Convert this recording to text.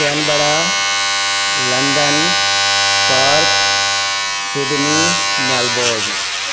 Canberra London Perth Sydney Melbourne